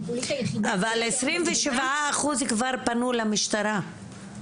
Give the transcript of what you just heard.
אבל עשרים ושבעה אחוז כבר פנו למשטרה,